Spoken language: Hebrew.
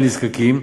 המיועד לנזקקים,